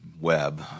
Web